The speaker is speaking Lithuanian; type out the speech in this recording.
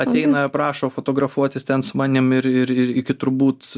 ateina prašo fotografuotis ten su manim ir ir iki turbūt